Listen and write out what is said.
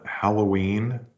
Halloween